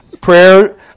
prayer